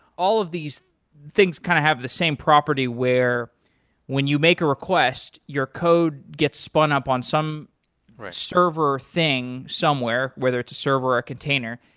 all of these things kind of have the same property where when you make a request, your code gets spun up on some server thing somewhere, whether it's a server or a container.